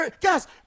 Guys